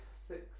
six